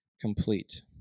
complete